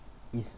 is